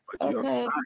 okay